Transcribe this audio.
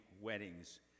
weddings